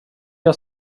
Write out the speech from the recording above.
jag